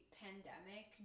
pandemic